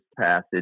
passage